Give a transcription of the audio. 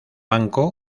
banco